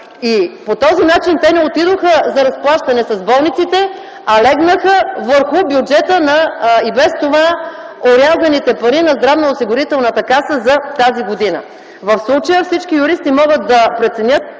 По този начин те не отидоха за разплащане с болниците, а легнаха върху бюджета на и без това орязаните пари на Националната здравноосигурителна каса за тази година. В случая всички юристи могат да преценят,